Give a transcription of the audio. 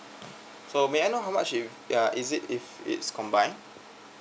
so may I know how much it ya is it if it's combine